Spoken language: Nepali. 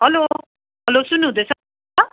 हेलो हेलो सुन्नुहुँदैछ